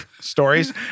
stories